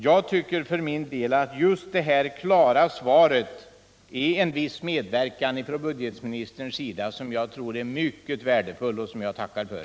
Jag tycker för min del att detta klara svar är en viss medverkan från budgetministerns sida, som jag tror är mycket värdefull och som jag tackar för.